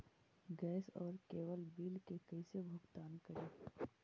Gas और cable bill के कैसे भुगतान करी?